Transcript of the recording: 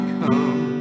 come